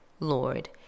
Lord